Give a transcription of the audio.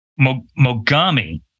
mogami